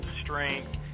strength